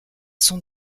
son